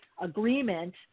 agreement